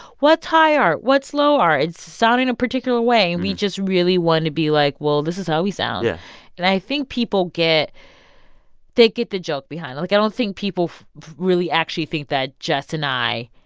what's high art? what's low art? it's sounding a particular way. and we just really want to be like, well, this is how we sound yeah and i think people get they get the joke behind it. like, i don't think people really actually think that jess and i.